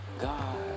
God